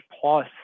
plus